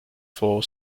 for